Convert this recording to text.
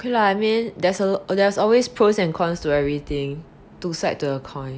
okay lah I mean there's uh always there is always pros and cons to everything two side of the coin